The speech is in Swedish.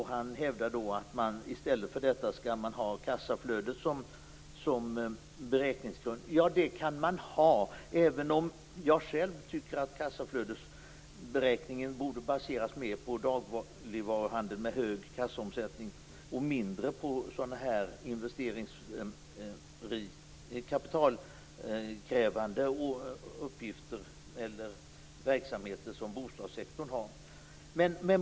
Han hävdar att man i stället skall ha kassaflödet som beräkningsgrund. Ja, det kan man ha, även om jag själv tycker att kassaflödesberäkningen borde baseras mer på dagligvaruhandel med hög kassaomsättning och mindre på kapitalkrävande verksamheter, som bostadssektorn har.